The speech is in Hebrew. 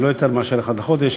ולא יותר מאשר אחת לחודש,